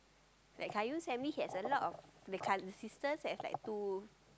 like Qayyum send me he has a lot of the cous~ the sisters has like two